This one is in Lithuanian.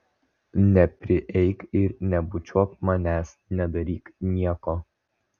neprieik ir nebučiuok manęs nedaryk nieko